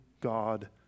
God